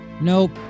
Nope